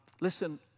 listen